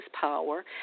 power